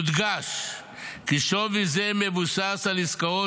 יודגש כי שווי זה מבוסס על עסקאות